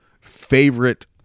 favorite